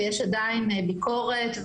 ויש עדיין ביקורת,